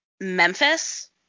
Memphis